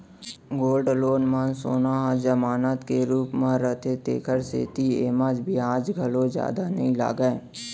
gold loan म सोन ह जमानत के रूप म रथे तेकर सेती एमा बियाज घलौ जादा नइ लागय